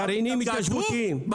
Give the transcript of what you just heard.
גרעינים התיישבותיים.